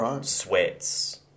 sweats